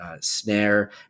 snare